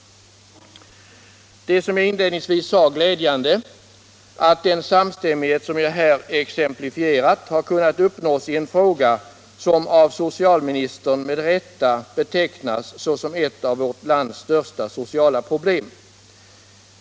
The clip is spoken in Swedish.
Det är glädjande att den samstämmighet, som jag här exemplifierat, har kunnat uppnås i en fråga som av socialministern betecknas såsom ett av vårt lands största sociala problem.